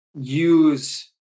use